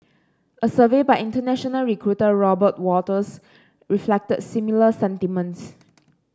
a survey by international recruiter Robert Walters reflected similar sentiments